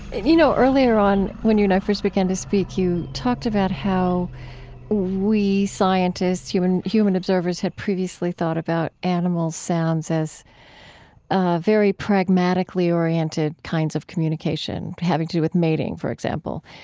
and you know, earlier on when you and i first began to speak, you talked about how we scientists, human human observers, have previously thought about animal sounds as very pragmatically oriented kinds of communication, having to do with mating, for example,